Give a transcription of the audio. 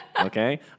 Okay